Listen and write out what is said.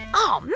oh,